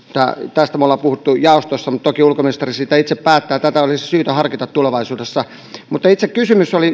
tästä me olemme puhuneet jaostossa mutta toki ulkoministeri siitä itse päättää tätä olisi syytä harkita tulevaisuudessa mutta itse kysymys oli